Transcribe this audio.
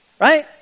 Right